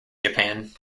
japan